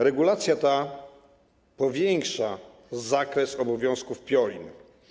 Regulacja ta powiększa zakres obowiązków PIORiN.